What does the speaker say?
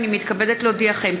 הינני מתכבדת להודיעכם,